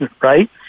right